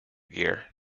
gear